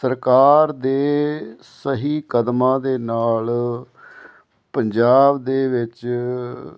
ਸਰਕਾਰ ਦੇ ਸਹੀ ਕਦਮਾਂ ਦੇ ਨਾਲ ਪੰਜਾਬ ਦੇ ਵਿੱਚ